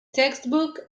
textbook